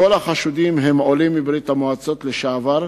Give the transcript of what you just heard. כל החשודים הם עולים מברית-המועצות לשעבר,